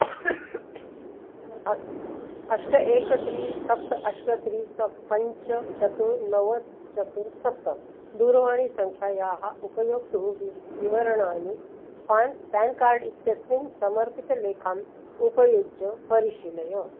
अष्ट एकं त्रीणि सप्त अष्ट त्रीणि सप्त पञ्च चतुर् नव चतुर् सप्त दूरवाणीसङ्ख्यायाः उपयोक्तुः वि विवरणानि पान् पेन् कार्ड् इत्यस्मिन् समर्पितलेखाम् उपयुज्य परिशीलय